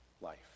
life